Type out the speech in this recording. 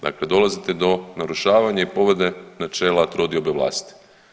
Dakle, dolazite do narušavanja i povrede načela trodiobe vlasti.